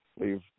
leave